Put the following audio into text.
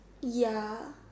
ya